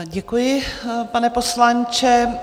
Děkuji, pane poslanče.